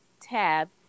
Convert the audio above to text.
tab